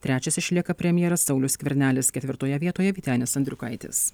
trečias išlieka premjeras saulius skvernelis ketvirtoje vietoje vytenis andriukaitis